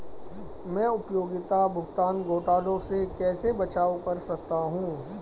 मैं उपयोगिता भुगतान घोटालों से कैसे बचाव कर सकता हूँ?